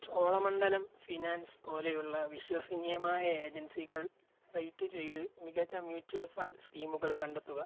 Cholamandalam finance പോലെയുള്ള വിശ്വസനീയമായ ഏജൻസികൾ റേറ്റു ചെയ്ത് മികച്ച മ്യൂച്വൽ ഫണ്ട് സ്കീമുകൾ കണ്ടെത്തുക